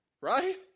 Right